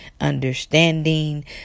understanding